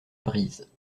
brise